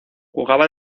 jugaba